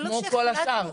כמו כל השאר.